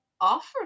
offer